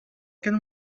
can